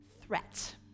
threat